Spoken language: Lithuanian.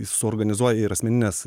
suorganizuoja ir asmenines